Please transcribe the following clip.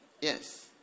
Yes